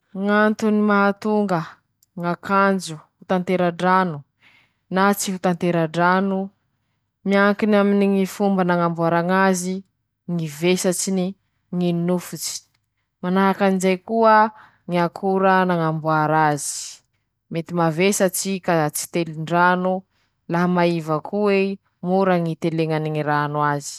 Ndreto aby ñy karazany ñy akandro mafana no ñy fotoa fampiasa ñ'azy<ptoa>: -Misy ñy akandro mafana ampiasa aminy ñ'andro manintsy, lafa manintsy ñ'andro zay<ptoa>; -Misy koa ñ'akandro mafana, troitsy, ampiasa lafa ñ'andro mafa na antonontonony avao<ptoa>; -Misy koa ñ'akandro mafana mahazatsy, ampiasa aminy ñy andro malaza, aminy ñy fety, aminy ñy fotoa manarape.